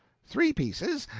three pieces,